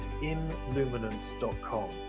inluminance.com